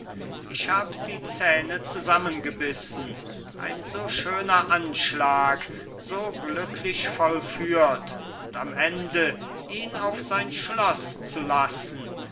ich hab die zähne zusammengebissen ein so schöner anschlag so glücklich vollführt und am ende ihn auf sein schloß zu lassen